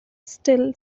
still